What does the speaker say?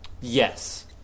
Yes